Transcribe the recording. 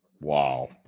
Wow